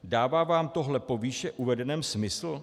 Dává vám tohle po výše uvedeném smysl?